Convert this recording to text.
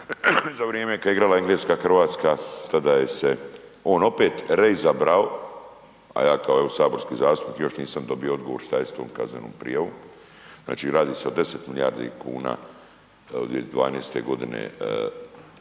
za vrijeme kada je igrala Engleska-Hrvatska tada je se on opet reizabrao a ja kao saborski zastupnik još nisam dobio odgovor šta je s tom kaznenom prijavom, znači radi se o 10 milijardi kuna od 2012. godine mjenica